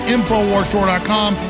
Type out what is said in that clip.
InfoWarsStore.com